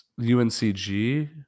UNCG